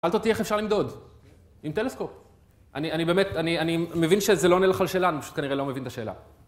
שאלת איך אפשר למדוד? עם טלסקופ. אני באמת, אני מבין שזה לא עונה לך על שאלה, אני פשוט כנראה לא מבין את השאלה.